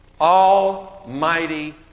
Almighty